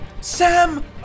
Sam